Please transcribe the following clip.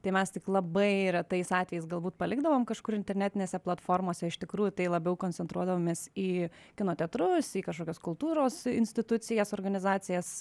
tai mes tik labai retais atvejais galbūt palikdavom kažkur internetinėse platformose iš tikrųjų tai labiau koncentruodavomės į kino teatrus į kažkokias kultūros institucijas organizacijas